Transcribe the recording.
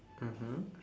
mmhmm